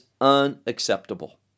unacceptable